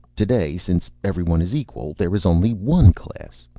today, since everyone is equal, there is only one class.